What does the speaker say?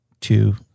two